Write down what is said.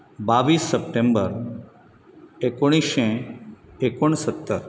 बावीस सप्टेंबर एकुणीशें एकुणसत्तर